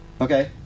Okay